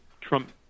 Trump